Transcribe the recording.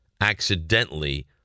accidentally